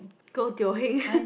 go Teo-Heng